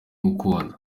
gukunda